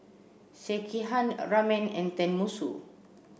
Sekihan a Ramen and Tenmusu